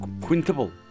Quintuple